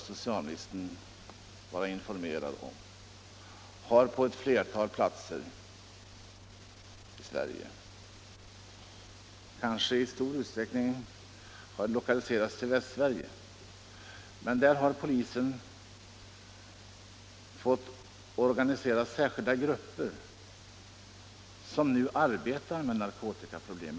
Socialministern bör vara medveten om att polisen på ett flertal platser i Sverige, kanske främst i Västsverige, på grund av att narkotikaproblemet ökat har måst organisera särskilda grupper för att arbeta med detta problem.